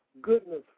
goodness